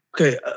Okay